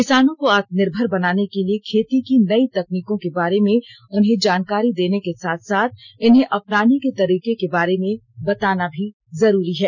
किसानों को आत्मनिर्भर बनाने के लिए खेती की नई तकनीकों के बारे में उन्हें जानकारी देने के साथ साथ इन्हें अपनाने के तरीके के बारे में बताना भी जरूरी है